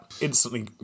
Instantly